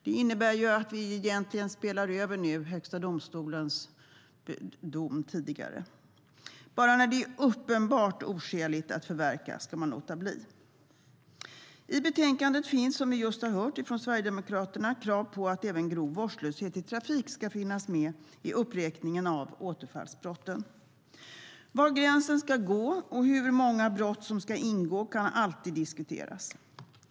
Det innebär att vi egentligen nu gör att Högsta domstolens tidigare dom blir överspelad. Bara när det är uppenbart oskäligt att förverka ska man låta bli. I betänkandet finns, som vi just har hört från Sverigedemokraterna, krav på att även grov vårdslöshet i trafik ska finnas med i uppräkningen av återfallsbrotten. Var gränsen ska gå och hur många brott som ska ingå kan alltid diskuteras.